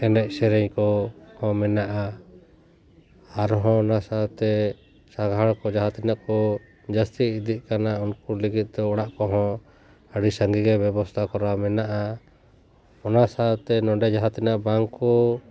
ᱮᱱᱮᱡ ᱥᱮᱨᱮᱧ ᱠᱚ ᱢᱮᱱᱟᱜᱼᱟ ᱟᱨᱦᱚᱸ ᱚᱱᱟ ᱥᱟᱶᱛᱮ ᱥᱟᱸᱜᱷᱟᱨ ᱠᱚ ᱡᱟᱦᱟᱸ ᱛᱤᱱᱟᱹᱜ ᱠᱚ ᱡᱟᱹᱥᱛᱤ ᱤᱫᱤᱜ ᱠᱟᱱᱟ ᱩᱱᱠᱩ ᱞᱟᱹᱜᱤᱫ ᱛᱮ ᱚᱲᱟᱜ ᱠᱚᱦᱚᱸ ᱟᱹᱰᱤ ᱥᱟᱸᱜᱮ ᱜᱮ ᱵᱮᱵᱚᱥᱛᱟ ᱠᱚᱨᱟᱣ ᱢᱮᱱᱟᱜᱼᱟ ᱚᱱᱟ ᱥᱟᱶᱛᱮ ᱱᱚᱸᱰᱮ ᱡᱟᱦᱟᱸ ᱛᱤᱱᱟᱜ ᱵᱟᱝ ᱠᱚ